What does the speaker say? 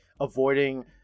avoiding